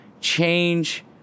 change